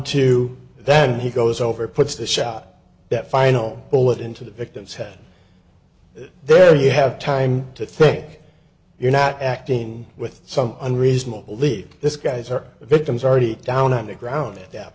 and then he goes over puts the shot that final bullet into the victim's head there you have time to think you're not acting with some unreasonable believe this guys are victims already down on the ground at that